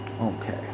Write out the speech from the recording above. Okay